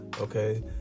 okay